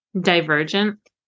Divergent